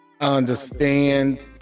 understand